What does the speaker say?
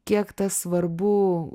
kiek tas svarbu